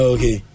Okay